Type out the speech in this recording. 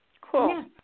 cool